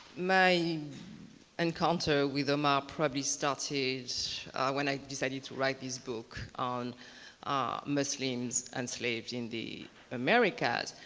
my encounter with omar probably started when i decided to write this book on ah muslims enslaved in the americas.